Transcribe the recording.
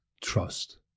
trust